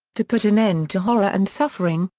to put an end to horror and suffering,